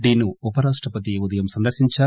D ను ఉప రాష్టపతి ఈ ఉదయం సందర్శించారు